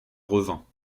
revint